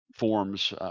Forms